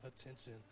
attention